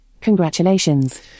Congratulations